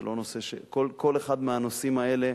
כל אחד מהנושאים האלה,